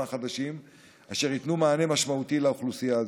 חדשים אשר ייתנו מענה משמעותי לאוכלוסייה זו.